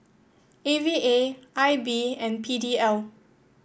A V A I B and P D L